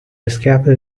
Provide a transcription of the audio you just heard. scalpel